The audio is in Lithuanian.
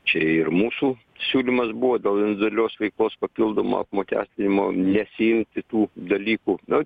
čia ir mūsų siūlymas buvo dėl individualios veiklos papildomo apmokestinimo nesiimti tų dalykų nu